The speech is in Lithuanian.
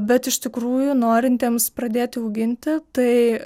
bet iš tikrųjų norintiems pradėti auginti tai